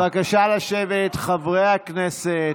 בבקשה לשבת, חברי הכנסת.